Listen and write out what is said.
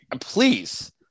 please